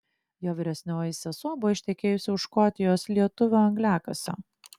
jo vyresnioji sesuo buvo ištekėjusi už škotijos lietuvio angliakasio